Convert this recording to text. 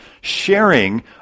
sharing